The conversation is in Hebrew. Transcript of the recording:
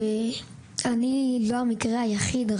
רק שתדעי שאני לא המקרה היחיד.